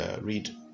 read